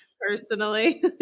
personally